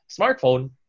smartphone